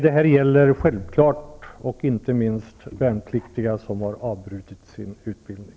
Det här gäller självfallet inte minst värnpliktiga som har avbrutit sin utbildning.